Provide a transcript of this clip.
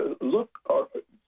look